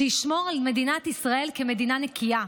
וישמור על מדינת ישראל נקייה.